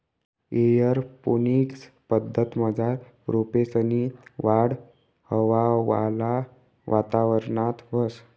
aeroponics पद्धतमझार रोपेसनी वाढ हवावाला वातावरणात व्हस